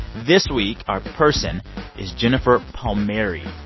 this week, our person is jennifer palmieri,